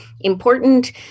important